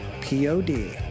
p-o-d